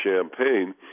Champagne